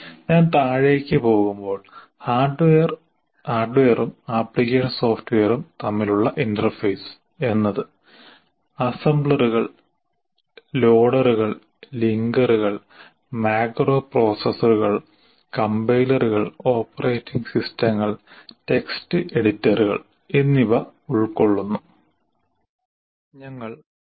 ഞാൻ താഴേക്ക് പോകുമ്പോൾ "ഹാർഡ്വെയറും ആപ്ലിക്കേഷൻ സോഫ്റ്റ്വെയറും തമ്മിലുള്ള ഇന്റർഫേസ്" എന്നത് അസംബ്ലറുകൾ ലോഡറുകൾ ലിങ്കറുകൾ മാക്രോ പ്രോസസ്സറുകൾ കംപൈലറുകൾ ഓപ്പറേറ്റിംഗ് സിസ്റ്റങ്ങൾ ടെക്സ്റ്റ് എഡിറ്ററുകൾ assemblers loaders linkers macro processors compilers operating systems and text editors എന്നിവ ഉൾക്കൊള്ളുന്നു